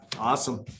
Awesome